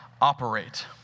operate